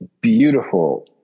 beautiful